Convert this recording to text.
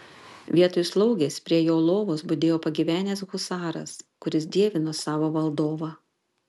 vietoj slaugės prie jo lovos budėjo pagyvenęs husaras kuris dievino savo valdovą